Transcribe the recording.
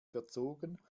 verzogen